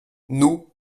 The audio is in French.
nous